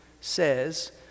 says